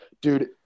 Dude